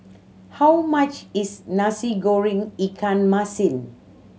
how much is Nasi Goreng ikan masin